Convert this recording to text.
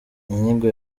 inyigo